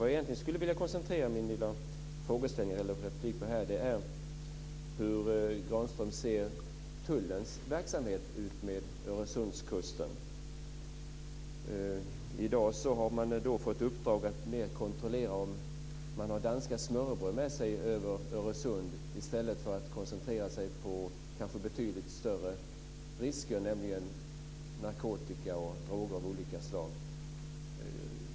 Vad jag egentligen skulle vilja koncentrera min replik på är hur Granström ser på tullens verksamhet utmed Öresundskusten. I dag har man fått i uppdrag att kontrollera om folk har danska smørrebrød med sig över Öresund i stället för att koncentrera sig på betydligt större risker, nämligen narkotika och droger av olika slag.